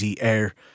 air